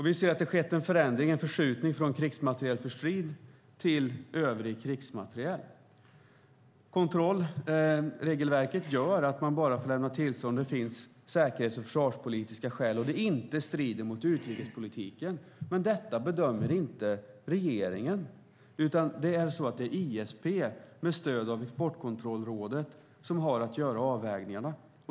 Vi ser att det har skett en förskjutning från krigsmateriel för strid till övrig krigsmateriel. Kontrollregelverket gör att man får lämna tillstånd bara om det finns säkerhets och försvarspolitiska skäl och det inte strider mot utrikespolitiken. Men detta bedömer inte regeringen, utan det är ISP med stöd av Exportkontrollrådet som har att göra avvägningarna.